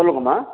சொல்லுங்கம்மா